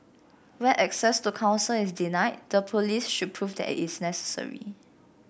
where access to counsel is denied the police should prove that is necessary